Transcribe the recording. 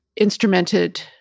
instrumented